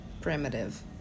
primitive